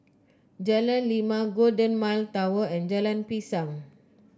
Jalan Lima Golden Mile Tower and Jalan Pisang